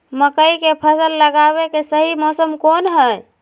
मकई के फसल लगावे के सही मौसम कौन हाय?